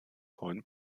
vollen